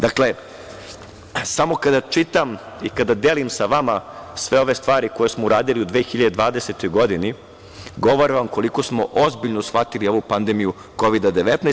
Dakle, samo kada čitam i kada delim sa vama sve ove stvari koje smo uradili u 2020. godini, govore vam koliko smo ozbiljno shvatili ovu pandemiju Kovida-19.